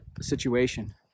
situation